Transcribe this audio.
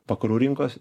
vakarų rinkos